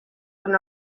would